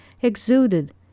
exuded